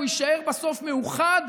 הוא יישאר בסוף מאוחד,